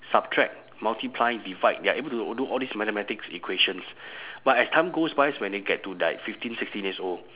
subtract multiply divide they are able to do all these mathematics equations but as time goes by when they get to like fifteen sixteen years old